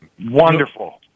Wonderful